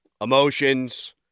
Emotions